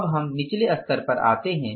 अब हम निचले स्तर पर आते हैं